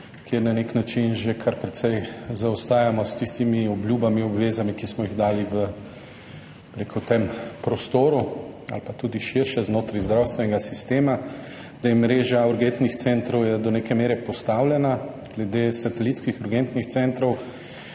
kjer na nek način že kar precej zaostajamo s tistimi obljubami, obvezami, ki smo jih dali v tem prostoru ali pa tudi širše znotraj zdravstvenega sistema, da je mreža urgentnih centrov do neke mere postavljena. Glede satelitskih urgentnih centrov